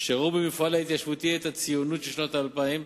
שראו במפעל ההתיישבותי את הציונות של שנות האלפיים,